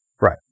Right